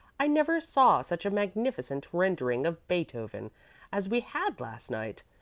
i never saw such a magnificent rendering of beethoven as we had last night.